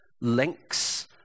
links